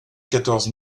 quatorze